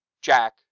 Jack